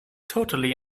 totally